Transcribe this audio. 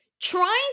trying